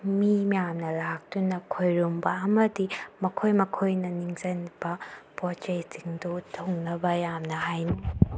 ꯃꯤ ꯃꯌꯥꯝꯅ ꯂꯥꯛꯇꯨꯅ ꯈꯨꯔꯨꯝꯕ ꯑꯃꯗꯤ ꯃꯈꯣꯏ ꯃꯈꯣꯏꯅ ꯅꯤꯡꯖꯔꯤꯕ ꯄꯣꯠ ꯆꯩꯁꯤꯡꯗꯨ ꯊꯨꯡꯅꯕ ꯌꯥꯝꯅ